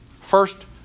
First